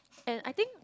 and I think